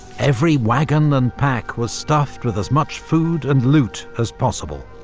every wagon and pack was stuffed with as much food and loot as possible.